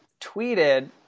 tweeted